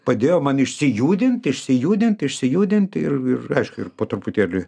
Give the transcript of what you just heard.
padėjo man išsijudint išsijudint išsijudint ir ir aišku ir po truputėlį